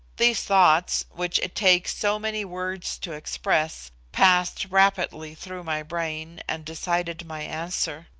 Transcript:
these thoughts, which it takes so many words to express, passed rapidly through my brain and decided my answer.